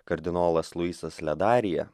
kardinolas luisas ledarija